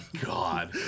god